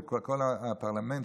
וכל הפרלמנט,